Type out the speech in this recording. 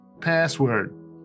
password